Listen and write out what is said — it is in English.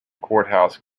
courthouse